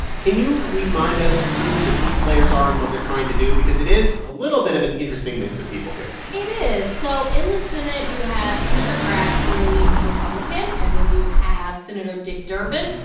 can you remind us who the key players are and what they're trying to do? because it is a little bit of an interesting mix of people here it is. so in the senate, you have senator grassley, republican. and then you have senator dick durbin,